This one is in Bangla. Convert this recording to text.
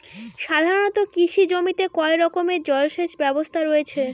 সাধারণত কৃষি জমিতে কয় রকমের জল সেচ ব্যবস্থা রয়েছে?